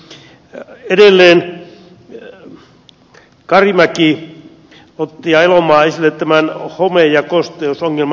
karimäki ja elomaa ottivat esille home ja kosteusongelman